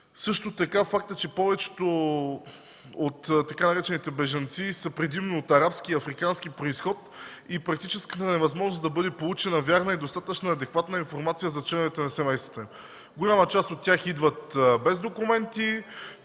Също така фактът, че повечето от така наречените „бежанци” са предимно от арабски, от африкански произход, практически е невъзможно да бъде получена вярна и достъпна, достатъчно адекватна информация за членовете на семействата им. Голяма част от тях идват без документи.